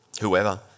whoever